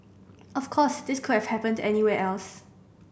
of course this could have happened anywhere else